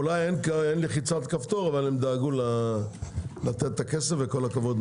אולי אין לחיצת כפתור אבל הם דאגו לתת את הכסף וכל הכבוד,